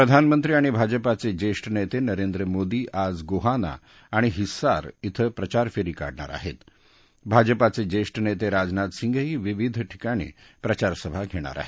प्रधानमंत्री आणि भाजपाचे ज्येष्ठ नेते नरेंद्र मोदी आज गोहाना आणि हिस्सार श्रे प्रचार फेरी काढणार आहेत भाजपाचे ज्येष्ठ नेते राजनाथ सिंगटी विविध ठिकाणी प्रचारसभा घेणार आहेत